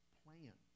plan